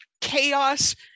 chaos